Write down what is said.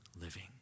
living